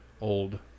old